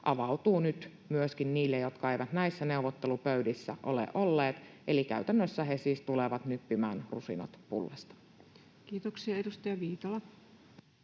avautuu nyt myöskin niille, jotka eivät näissä neuvottelupöydissä ole olleet, eli käytännössä he siis tulevat nyppimään rusinat pullasta. [Speech 152] Speaker: